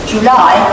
July